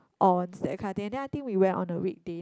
ons that kind of thing and then I think we went on a weekday